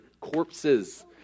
corpses